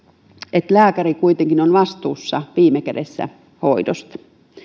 että lääkäri kuitenkin on vastuussa viime kädessä hoidosta